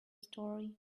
story